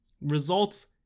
results